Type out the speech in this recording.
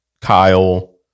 Kyle